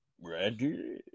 ready